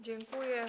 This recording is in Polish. Dziękuję.